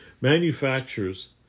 Manufacturers